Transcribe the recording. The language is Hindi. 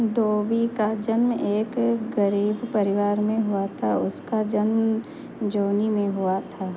डोबी का जन्म एक गरीब परिवार में हुआ था उनका जन्म जोनी में हुआ था